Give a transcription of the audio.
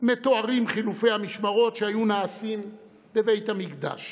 מתוארים חילופי המשמרות שהיו נעשים בבית המקדש